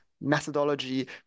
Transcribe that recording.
methodology